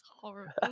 horrible